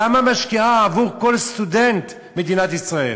כמה היא משקיעה עבור כל סטודנט במדינת ישראל?